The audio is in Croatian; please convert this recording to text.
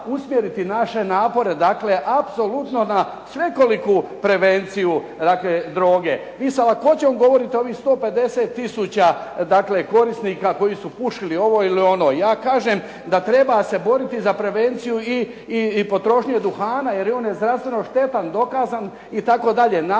naše napore, dakle apsolutno na svekoliku prevenciju lake droge. I sa lakoćom govorite ovih 150 tisuća dakle korisnika koji su pušili ovo ili ono. Ja kažem da treba se boriti za prevenciju i potrošnju duhana, jer on je zdravstveno štetan, dokazan itd.